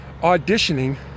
auditioning